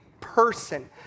person